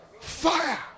Fire